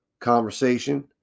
conversation